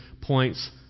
points